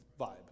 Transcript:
vibe